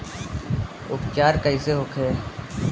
उपचार कईसे होखे?